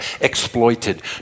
exploited